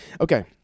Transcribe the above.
okay